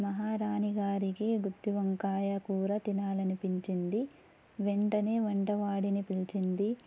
మహారాణి గారికి గుత్తి వంకాయ కూర తినాలి అనిపించింది వెంటనే వంటవాడిని పిలిచింది